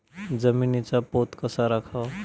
जमिनीचा पोत कसा राखावा?